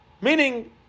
meaning